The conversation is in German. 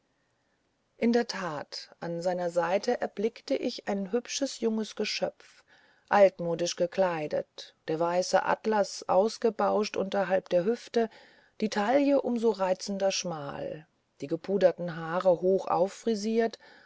in der tat an seiner seite erblickte ich ein hübsches junges geschöpf altmodisch gekleidet der weiße atlas ausgebauscht unterhalb der hüften die taille um so reizender schmal die gepuderten haare